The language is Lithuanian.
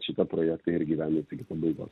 šitą projektą ir įgyvendins iki pabaigos